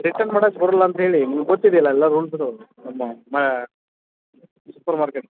return ಮಾಡಕ್ಕೆ ಬರಲ್ಲ ಅಂತೇಳಿ ನಿಮ್ಗ ಗೊತ್ತಿದೆ ಅಲ ಎಲ್ಲ ರೂಲ್ಸು ನಮ್ಮ ಮಾ ಸೂಪರ್ ಮಾರ್ಕೆಟ್